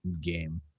game